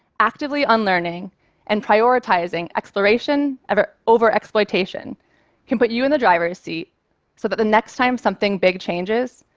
actively unlearning and prioritizing exploration over over exploitation can put you in the driver's seat so that the next time something big changes,